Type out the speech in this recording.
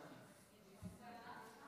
יש פה גם שרה?